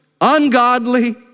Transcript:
ungodly